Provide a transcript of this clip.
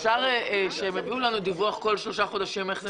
האם אפשר להכניס שהם יביאו לנו דיווח כל שלושה חודשים איך זה